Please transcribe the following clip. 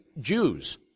Jews